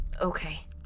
Okay